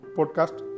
Podcast